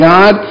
God